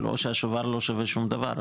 או שהשובר לא שווה שום דבר.